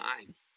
times